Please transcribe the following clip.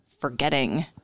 forgetting